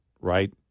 right